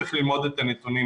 צריך ללמוד את הנתונים.